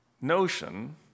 notion